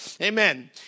amen